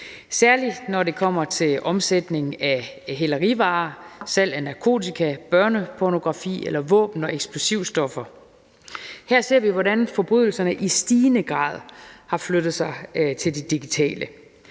særlig når det kommer til omsætning af hælerivarer, salg af narkotika, børnepornografi eller våben og eksplosivstoffer. Her ser vi, hvordan forbrydelserne i stigende grad har flyttet sig til det digitale